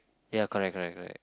ya correct correct correct